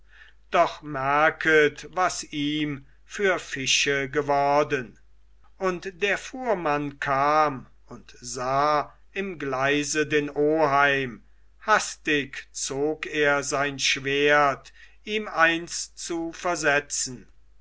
doch merket was ihm für fische geworden und der fuhrmann kam und sah im gleise den oheim hastig zog er sein schwert ihm eins zu versetzen